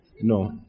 no